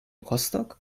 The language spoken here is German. rostock